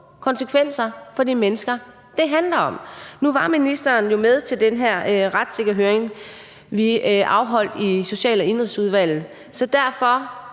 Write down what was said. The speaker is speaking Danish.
konsekvenser for de mennesker, det handler om. Nu var ministeren med til den her høring om retssikkerhed, vi afholdt i Social- og Indenrigsudvalget, så